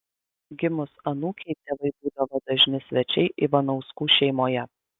gimus anūkei tėvai būdavo dažni svečiai ivanauskų šeimoje